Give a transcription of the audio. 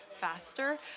faster